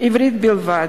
עברית בלבד,